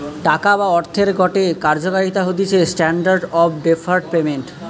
টাকা বা অর্থের গটে কার্যকারিতা হতিছে স্ট্যান্ডার্ড অফ ডেফার্ড পেমেন্ট